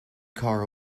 car